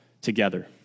together